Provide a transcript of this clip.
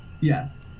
yes